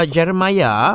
Jeremiah